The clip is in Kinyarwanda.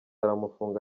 aramufunga